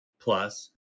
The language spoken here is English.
plus